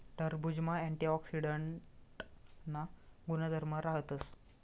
टरबुजमा अँटीऑक्सीडांटना गुणधर्म राहतस